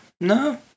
No